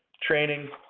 training,